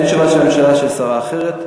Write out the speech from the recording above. אין תשובה של הממשלה של שרה אחרת,